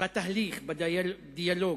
אל תכעס, בתהליך, בדיאלוג.